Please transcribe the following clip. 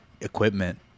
equipment